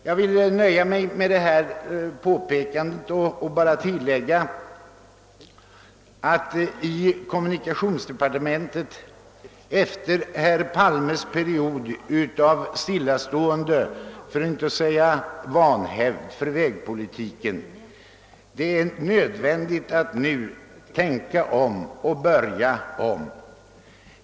Jag vill i detta avsnitt endast tillägga, att det efter det stillastående, för att inte säga den vanhävd, när det gäller vägarna som präglat herr Palmes period i kommunikationsdepartementet är nöd vändigt att nu tänka om.